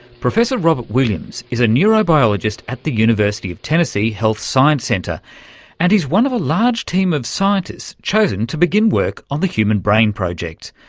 professor robert williams is a neurobiologist at the university of tennessee health science centre and he's one of a large team of scientists chosen to begin work on the human brain project,